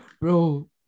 bro